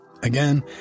Again